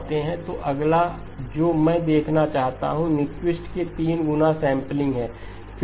तो अगला जो मैं देखना चाहता हूँ न्यूक्विस्ट कि 3 गुना सेंपलिंग है